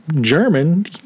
German